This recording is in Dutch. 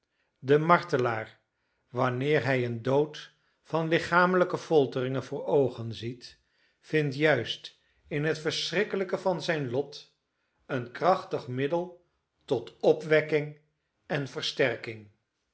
de martelaar wanneer hij een dood van lichamelijke folteringen voor oogen ziet vindt juist in het schrikkelijke van zijn lot een krachtig middel tot opwekking en versterking